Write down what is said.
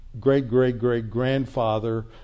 great-great-great-grandfather